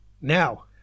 now